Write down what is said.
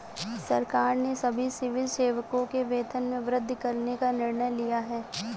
सरकार ने सभी सिविल सेवकों के वेतन में वृद्धि करने का निर्णय लिया है